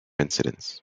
incidents